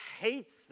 hates